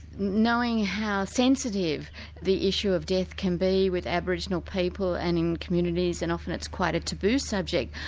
knowing how sensitive the issue of death can be with aboriginal people, and in communities, and often it's quite a taboo subject,